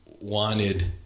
wanted